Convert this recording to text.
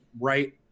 right